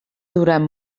durant